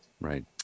Right